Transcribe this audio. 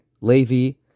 Levi